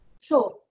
Sure